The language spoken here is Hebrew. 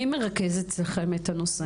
מי מרכז אצלכם את הנושא?